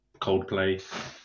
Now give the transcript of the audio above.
Coldplay